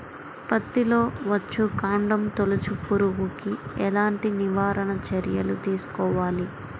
పత్తిలో వచ్చుకాండం తొలుచు పురుగుకి ఎలాంటి నివారణ చర్యలు తీసుకోవాలి?